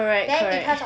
correct correct